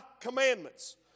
commandments